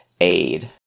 aid